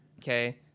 okay